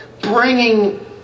bringing